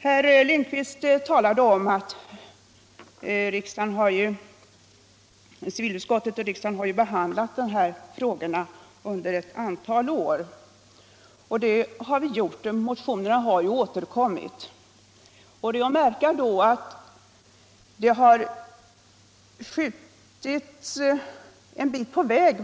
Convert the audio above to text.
Herr Lindkvist sade att civilutskottet och riksdagen behandlat dessa frågor under ett antal år. Det är riktigt — motionerna har återkommit. Det är då att märka att saken varje gång har kommit en bit på väg.